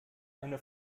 eine